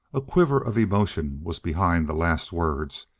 a quiver of emotion was behind the last words,